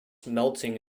melting